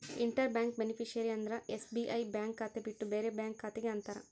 inter bank beneficiary ಅಂದ್ರ SBI bank ಖಾತೆ ಬಿಟ್ಟು ಬೇರೆ ಬ್ಯಾಂಕ್ ಖಾತೆ ಗೆ ಅಂತಾರ